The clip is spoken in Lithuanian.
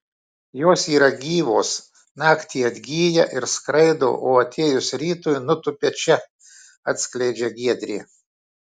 jos yra gyvos naktį atgyja ir skraido o atėjus rytui nutūpia čia atskleidžia giedrė